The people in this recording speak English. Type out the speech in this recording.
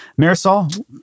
Marisol